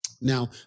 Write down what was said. Now